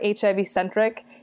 HIV-centric